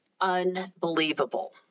unbelievable